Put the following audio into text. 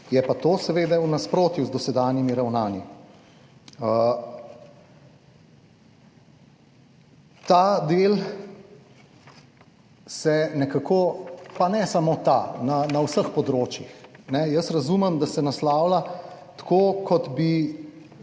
Je pa to seveda v nasprotju z dosedanjimi ravnanji. Ta del se nekako, pa ne samo ta, na vseh področjih. Jaz razumem, da se naslavlja tako, kot bi